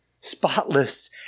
Spotless